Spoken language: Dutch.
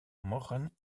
mogen